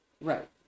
Right